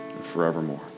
forevermore